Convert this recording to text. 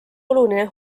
oluline